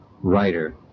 writer